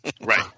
Right